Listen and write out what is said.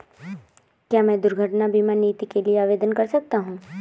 क्या मैं दुर्घटना बीमा नीति के लिए आवेदन कर सकता हूँ?